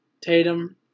Tatum